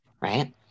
right